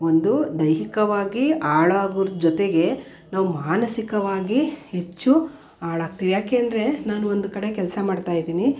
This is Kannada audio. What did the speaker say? ಒಂದು ದೈಹಿಕವಾಗಿಹಾಳಾಗೋದ್ರ ಜೊತೆಗೆ ನಾವು ಮಾನಸಿಕವಾಗಿ ಹೆಚ್ಚು ಹಾಳಾಗ್ತೀವಿ ಏಕೆಂದರೆ ನಾನು ಒಂದು ಕಡೆ ಕೆಲಸ ಮಾಡ್ತಾಯಿದ್ದೀನಿ